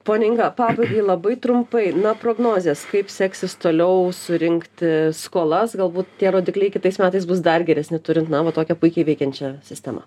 ponia inga pabaigai labai trumpai na prognozės kaip seksis toliau surinkti skolas galbūt tie rodikliai kitais metais bus dar geresni turint na va tokią puikiai veikiančią sistemą